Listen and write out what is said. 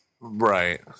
Right